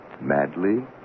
Madly